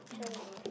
so he wanna